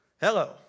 Hello